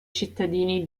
cittadini